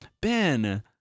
Ben